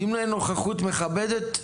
ואם אין נוכחות מכבדת,